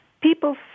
People